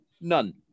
none